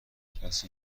کسی